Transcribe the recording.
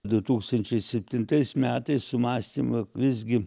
du tūkstančiai septintais metais sumąstėm jog visgi